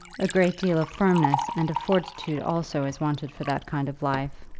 a great deal of firmness and of fortitude also is wanted for that kind of life,